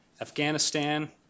Afghanistan